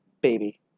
baby